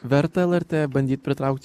verta lrt bandyt pritraukt